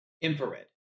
infrared